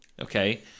okay